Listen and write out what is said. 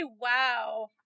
wow